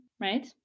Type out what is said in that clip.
right